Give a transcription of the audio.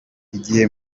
igihe